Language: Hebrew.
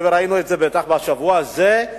וראינו את זה בטח בשבוע הזה,